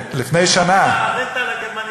הרנטה מהגרמנים,